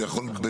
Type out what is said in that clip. ויכול להיות,